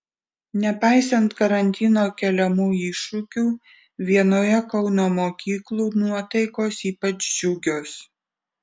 nepaisant karantino keliamų iššūkių vienoje kauno mokyklų nuotaikos ypač džiugios